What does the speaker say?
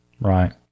Right